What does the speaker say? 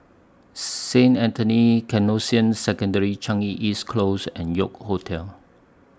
Saint Anthony's Canossian Secondary Changi East Close and York Hotel